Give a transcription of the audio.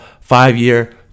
five-year